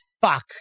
fuck